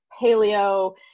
paleo